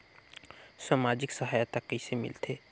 समाजिक सहायता कइसे मिलथे?